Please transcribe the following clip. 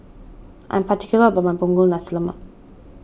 I am particular about my Punggol Nasi Lemak